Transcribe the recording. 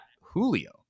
Julio